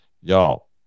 y'all